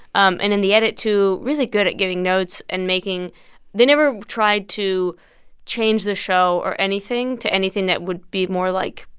um and in the edit, too really good at giving notes and making they never tried to change the show or anything to anything that would be more, like,